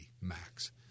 max